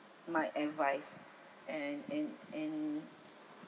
my advice and and and